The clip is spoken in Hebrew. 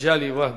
מגלי והבה